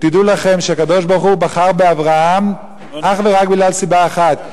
תדעו לכם שהקדוש-ברוך-הוא בחר באברהם אך ורק בגלל סיבה אחת,